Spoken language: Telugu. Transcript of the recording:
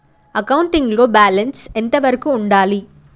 అకౌంటింగ్ లో బ్యాలెన్స్ ఎంత వరకు ఉండాలి?